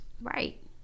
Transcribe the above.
right